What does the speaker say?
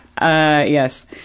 yes